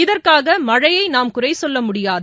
இதற்காகமழையைநாம் குறைசொல்லமுடியாது